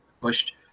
pushed